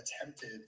attempted